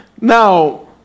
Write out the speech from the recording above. Now